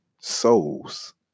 souls